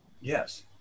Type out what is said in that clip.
Yes